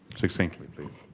succinctly please.